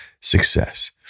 success